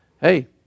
hey